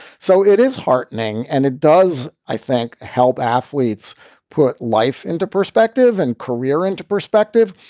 so it is heartening and it does, i think, help athletes put life into perspective and career into perspective.